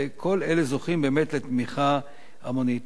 וכל אלה זוכים באמת לתמיכה המונית.